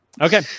Okay